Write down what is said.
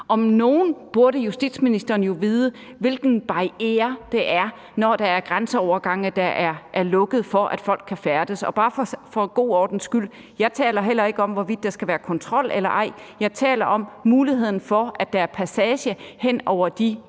Om nogen burde justitsministeren jo vide, hvilken barriere det er, når der er grænseovergange, der er lukket for, at folk kan færdes. Og bare for en god ordens skyld: Jeg taler heller ikke om, hvorvidt der skal være kontrol eller ej. Jeg taler om muligheden for, at der er passage hen over de